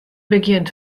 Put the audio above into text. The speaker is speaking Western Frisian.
begjint